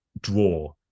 draw